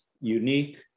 unique